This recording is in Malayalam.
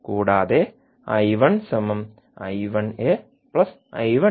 കൂടാതെ എന്നാണ് ഇതിനർത്ഥം